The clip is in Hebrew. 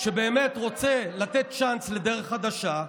שבאמת רוצה לתת צ'אנס לדרך חדשה.